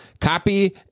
copy